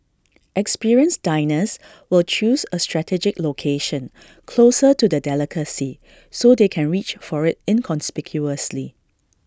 experienced diners will choose A strategic location closer to the delicacy so they can reach for IT inconspicuously